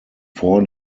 vor